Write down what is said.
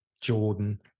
Jordan